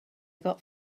got